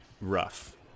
Rough